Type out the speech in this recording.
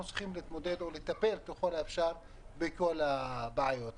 אנחנו צריכים להתמודד ולטפל ככל האפשר בכל הבעיות.